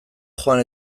joan